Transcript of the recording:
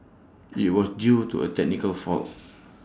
IT was due to A technical fault